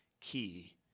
key